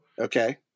Okay